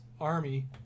army